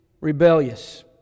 rebellious